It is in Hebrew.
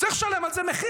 צריך לשלם על זה מחיר,